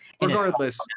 Regardless